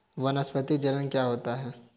वानस्पतिक जनन क्या होता है?